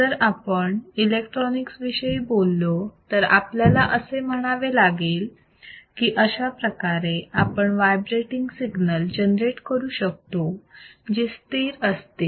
जर आपण इलेक्ट्रॉनिक्स विषयी बोललो तर आपल्याला असे म्हणावे लागेल की कशाप्रकारे आपण वाइब्रेटिंग सिग्नल जनरेट करू शकतो जे स्थिर असतील